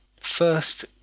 first